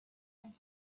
and